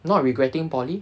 not regretting poly